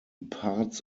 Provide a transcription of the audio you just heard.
parts